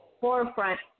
forefront